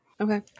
Okay